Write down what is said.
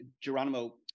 Geronimo